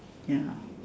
ya